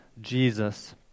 Jesus